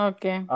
Okay